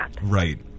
Right